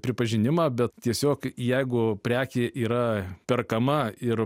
pripažinimą bet tiesiog jeigu prekė yra perkama ir